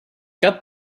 cut